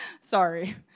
Sorry